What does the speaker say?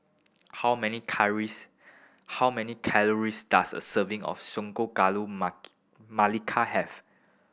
how many calories how many calories does a serving of sago gula melaka have